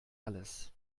alles